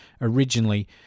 Originally